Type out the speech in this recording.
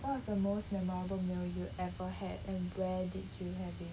what was the most memorable meal you ever had and where did you have it